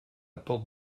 porte